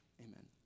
amen